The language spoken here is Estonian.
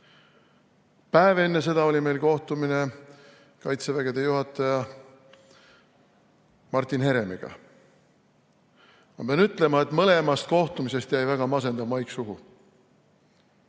Päev enne seda oli meil kohtumine Kaitseväe juhataja Martin Heremiga. Ma pean ütlema, et mõlemast kohtumisest jäi väga masendav maik suhu.